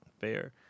fair